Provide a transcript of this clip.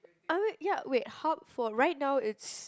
ah wait ya wait hub for right now it's